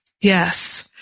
Yes